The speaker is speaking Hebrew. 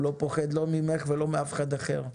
הוא לא פוחד לא ממך ולא מאף אחד אחר,